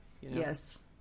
yes